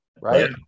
right